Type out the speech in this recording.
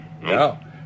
No